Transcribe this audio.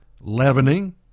Leavening